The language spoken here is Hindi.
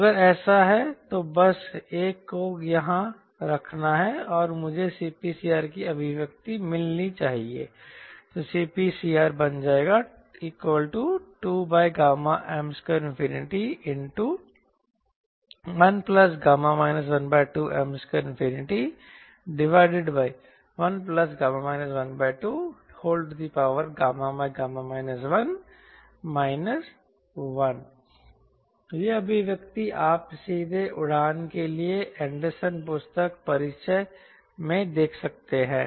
अगर ऐसा है तो बस एक को यहां रखना है और मुझे CPCR की अभिव्यक्ति मिलनी चाहिए CPCR2M21γ 12M21γ 12γ 1 1 यह अभिव्यक्ति आप सीधे उड़ान के लिए एंडरसन पुस्तक परिचय में देख सकते हैं